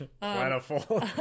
Plentiful